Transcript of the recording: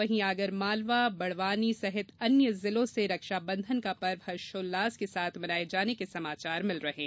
वहीं आगरमालवा बड़वानी सहित अन्य जिलों से रक्षाबंधन का पर्व हर्षोल्लास से मनाये जाने के समाचार मिल रहे है